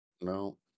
No